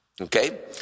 Okay